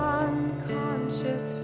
unconscious